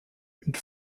une